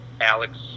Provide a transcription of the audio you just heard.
alex